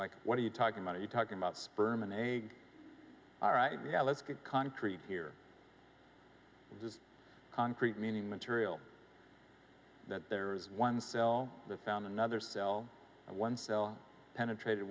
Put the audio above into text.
like what are you talking about are you talking about sperm and egg all right yeah let's get concrete here concrete meaning material that there is one cell found another cell one cell penetrated